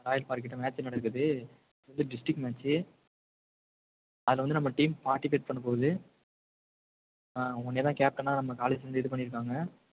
ஆ Royal பார்க்குக்கிட்ட match நடக்குது இது டிஸ்ட்ரிக்ட் மேட்ச்சு அதில் வந்து நம்ம டீம் பார்ட்டிசிபேட் பண்ணப்போகுது ஆ உன்னைய தான் கேப்ட்டனா நம்ம காலேஜ்லேருந்து இது பண்ணிருக்காங்க